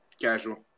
Casual